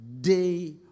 day